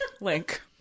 link